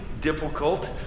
difficult